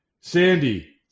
Sandy